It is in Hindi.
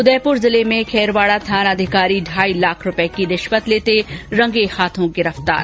उदयपुर जिले में खेरवाड़ा थानाधिकारी ढाई लाख रूपये की रिश्वत लेते रंगे हाथों गिरफ्तार